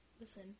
listen